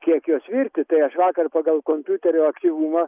kiek jos virti tai aš vakar pagal kompiuterio aktyvumą